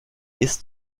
ist